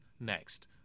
next